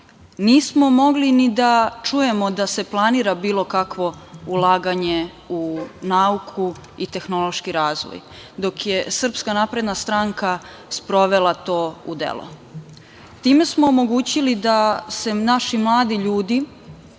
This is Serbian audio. nismo mogli ni da čujemo da se planira bilo kakvo ulaganje u nauku i tehnološki razvoj, dok je SNS sprovela to u delo. Time smo omogućili da se naši mladi ljudi